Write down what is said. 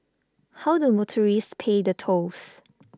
how do motorists pay the tolls